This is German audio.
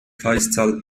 kreiszahl